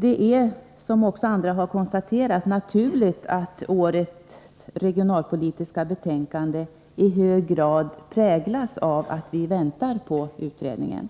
Det är, som också andra konstaterat, på det sättet att årets regionalpolitiska betänkande i hög grad präglas av att vi väntar på utredningen.